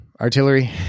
Artillery